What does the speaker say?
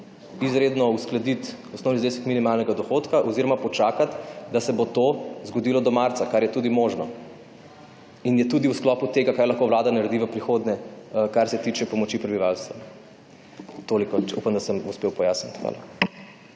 izredno uskladiti osnovni znesek minimalnega dohodka oziroma počakati, da se bo to zgodilo do marca, kar je tudi možno in je tudi v sklopu tega kar lahko Vlada naredi v prihodnje kar se tiče pomoči prebivalstva. Toliko, upam, da sem uspel pojasniti. Hvala.